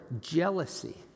jealousy